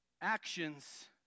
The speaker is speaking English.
actions